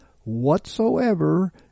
whatsoever